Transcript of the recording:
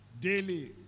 Daily